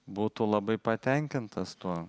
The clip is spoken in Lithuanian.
būtų labai patenkintas tuo